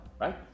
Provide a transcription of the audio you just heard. right